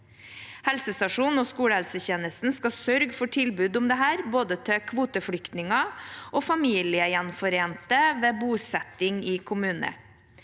Helsestasjon- og skolehelsetjenesten skal sørge for tilbud om dette til både kvoteflyktninger og familiegjenforente ved bosetting i kommune.